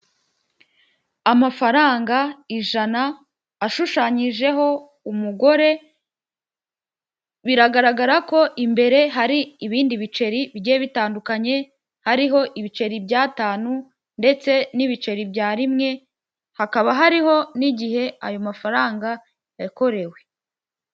Amafaranga ijana ashushanyijeho umugore biragaragara ko imbere hari ibindi biceri bigiye bitandukanye hariho ibiceri by'atanu ndetse n'ibiceri bya rimwe hakaba hariho n'igihe ayo mafaranga yakorewe.